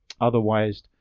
Otherwise